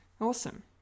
awesome